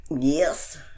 Yes